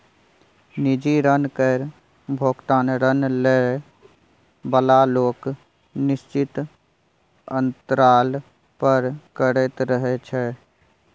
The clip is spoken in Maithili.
निजी ऋण केर भोगतान ऋण लए बला लोक निश्चित अंतराल पर करैत रहय छै